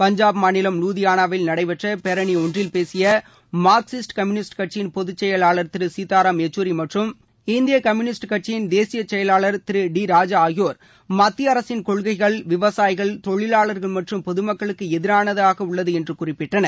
பஞ்சாப் மாநிலம் லூதியானாவில் நடைபெற்ற பேரணி ஒன்றில் பேசிய மார்க்சிஸ்ட் கம்யூனிஸ்ட் கட்சியின் பொதுச் செயலாளர் திரு சீதாராம் எச்சூரி மற்றும் இந்திய கம்யூனிஸ்ட் கட்சியின் தேசியச் செயலாளர் திரு டி ராஜா ஆகியோர் மத்திய அரசின் கொள்கைகள் விவசாயிகள் தொழிலாளர்கள் மற்றும் பொதுமக்களுக்கு எதிரானதாக உள்ளது என்று குறிப்பிட்டனர்